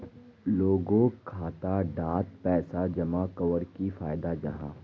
लोगोक खाता डात पैसा जमा कवर की फायदा जाहा?